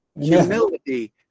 humility